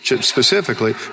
specifically